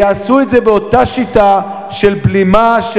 ויעשו את זה באותה שיטה של בלימה,